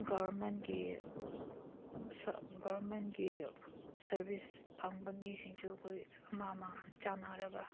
ꯒꯔꯃꯦꯟꯒꯤ ꯒꯔꯃꯦꯟꯒꯤ ꯁꯔꯕꯤꯁ ꯐꯪꯕ ꯃꯤꯁꯤꯡꯁꯨ ꯑꯩꯈꯣꯏ ꯑꯃ ꯑꯃ ꯆꯥꯅꯔꯒ